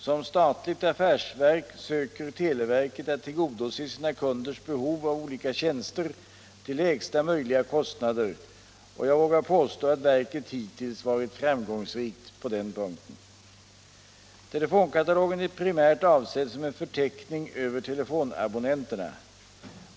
Som statligt affärsverk söker televerket att tillgodose sina kunders behov av olika tjänster till lägsta möjliga kostnader, och jag vågar påstå att verket hittills varit framgångsrikt på den punkten. Telefonkatalogen är primärt avsedd som en förteckning över telefonabonnenterna.